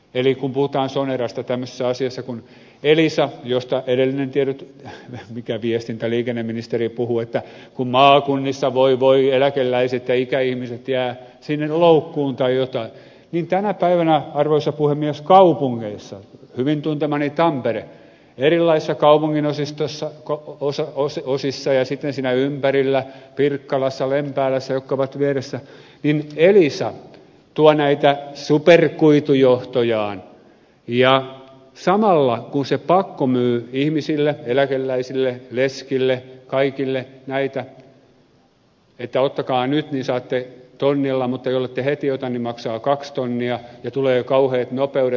eli kun puhutaan sonerasta tämmöisessä asiassa kuin elisa josta edellinen viestintä ja liikenneministeri puhui että kun maakunnissa voi voi eläkeläiset ja ikäihmiset jäävät sinne loukkuun tai jotain niin tänä päivänä arvoisa puhemies kaupungeissa hyvin tuntemani tampere millaista kaupunginosista saakka tuntemallani tampereella erilaisissa kaupunginosissa ja sitten siinä ympärillä pirkkalassa lempäälässä jotka ovat vieressä elisa tuo näitä superkuitujohtojaan ja samalla kun se pakkomyy ihmisille eläkeläisille leskille kaikille näitä että ottakaa nyt niin saatte tonnilla mutta jollette heti ota niin maksaa kaksi tonnia ja tulee kauheat nopeudet